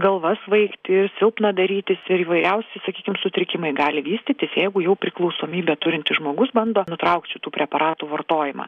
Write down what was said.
galva svaigti silpna darytis ir įvairiausi sakykim sutrikimai gali vystytis jeigu jų priklausomybę turintis žmogus bando nutraukti tų preparatų vartojimą